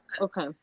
Okay